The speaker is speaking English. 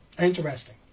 Interesting